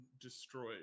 destroyed